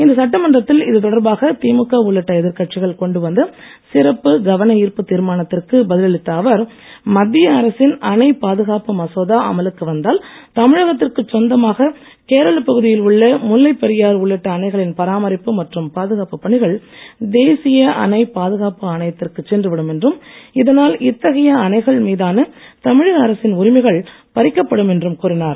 இன்று சட்டமன்றத்தில் இதுதொடர்பாக திமுக உள்ளிட்ட எதிர்க்கட்சிகள் கொண்டு வந்த சிறப்பு கவன ஈர்ப்பு தீர்மானத்திற்கு பதிலளித்த அவர் மத்திய அரசின் அணை பாதுகாப்பு மசோதா அமலுக்கு வந்தால் தமிழகத்திற்கு சொந்தமாக கேரளப் பகுதியில் உள்ள முல்லைப் பெரியாறு உள்ளிட்ட அணைகளின் பராமரிப்பு மற்றும் பாதுகாப்பு பணிகள் தேசிய அணை பாதுகாப்பு ஆணையத்திற்கு சென்றுவிடும் என்றும் இதனால் இத்தகைய அணைகள் மீதான தமிழக அரசின் உரிமைகள் பறிக்கப்படும் என்றும் கூறினார்